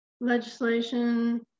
legislation